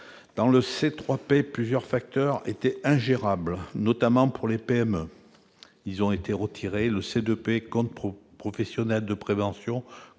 Dans le C3P, plusieurs facteurs étaient ingérables, notamment pour les PME. Ils ont été retirés et le C2P, le compte professionnel de prévention,